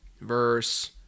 verse